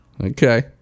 Okay